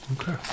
Okay